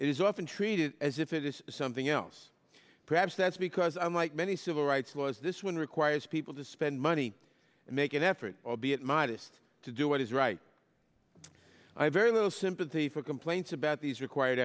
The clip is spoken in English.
is often treated as if it is something else perhaps that's because unlike many civil rights laws this one requires people to spend money and make an effort albeit modest to do what is right i have very little sympathy for complaints about these required